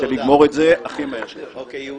אנחנו